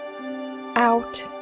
Out